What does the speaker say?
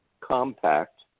compact